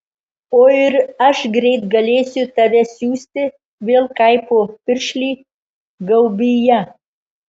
o ir aš greit galėsiu tave siųsti vėl kaipo piršlį gaubyje